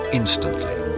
instantly